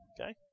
Okay